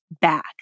back